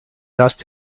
dust